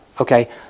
Okay